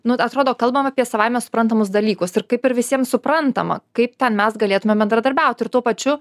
nu atrodo kalbam apie savaime suprantamus dalykus ir kaip ir visiems suprantama kaip ten mes galėtumėm bendradarbiaut ir tuo pačiu